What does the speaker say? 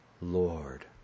Lord